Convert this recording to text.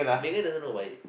Megan doesn't know about it